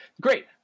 Great